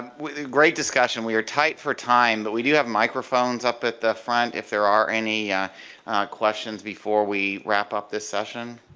great discussion, we are tight for time, but we do have microphones up at the front if there are any questions before we wrap up this session.